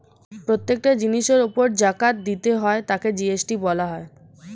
প্রত্যেকটা জিনিসের উপর জাকাত দিতে হয় তাকে জি.এস.টি বলা হয়